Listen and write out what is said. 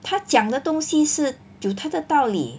他讲的东西是有他的道理